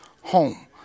home